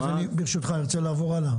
ברשותך, אני ארצה לעבור הלאה.